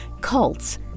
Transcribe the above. Cults